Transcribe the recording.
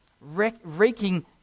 wreaking